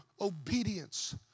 obedience